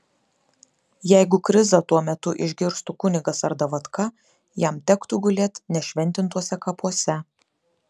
jeigu krizą tuo metu išgirstų kunigas ar davatka jam tektų gulėt nešventintuose kapuose